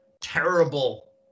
terrible